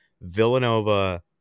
Villanova